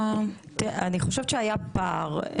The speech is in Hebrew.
אני חושבת שהיה פער.